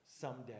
someday